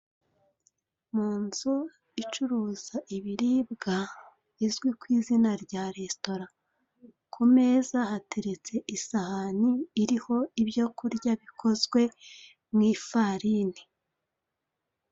Mu nzu icuruza ibiribwa izwi ku izina rya Restaurant, ku meza hateretse isahani iriho ibyo kurya bikozwe mu ifarini.